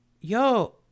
yo